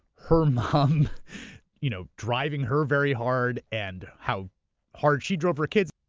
her mom you know driving her very hard and how hard she drove her kids.